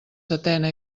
setena